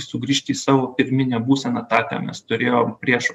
sugrįžti į savo pirminę būseną tą ką mes turėjom prieš